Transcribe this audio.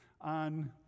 on